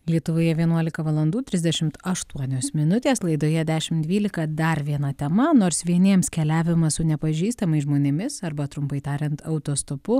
lietuvoje vienuolika valandų trisdešimt aštuonios minutės laidoje dešimt dvylika dar viena tema nors vieniems keliavimas su nepažįstamais žmonėmis arba trumpai tariant autostopu